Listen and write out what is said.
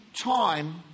time